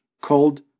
called